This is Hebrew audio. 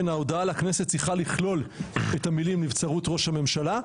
ההודעה לכנסת צריכה לכלול את המילים 'נבצרות ראש הממשלה'.